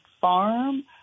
farm